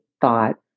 thought